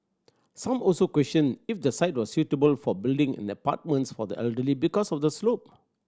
some also questioned if the site was suitable for building in the apartments for the elderly because of the slope